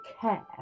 care